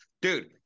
Dude